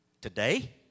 Today